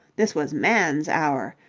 this was man's hour,